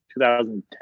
2010